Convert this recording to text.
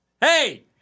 Hey